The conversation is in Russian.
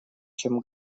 чем